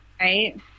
Right